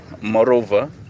Moreover